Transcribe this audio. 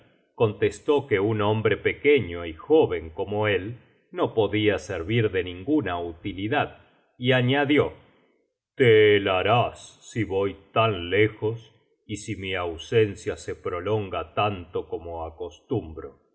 contestó que un hombre pequeño y joven como él no podia servir de ninguna utilidad y añadió te helarás si voy tan lejos y si mi ausencia se prolonga tanto como acostumbro